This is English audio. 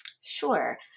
Sure